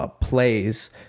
plays